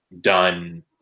done